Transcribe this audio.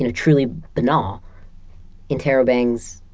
and truly banal interrobangs,